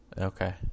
Okay